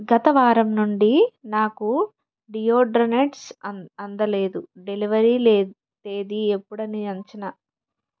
గత వారం నుండి నాకు డియోడరెంట్స్ అందలేదు డెలివరీ లేది తేదీ ఎప్పుడని అంచనా